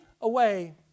away